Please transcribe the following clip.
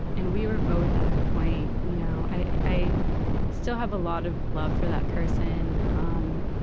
and we were both at a point, you know i, i still have a lot of love for that person, um,